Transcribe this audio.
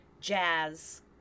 jazz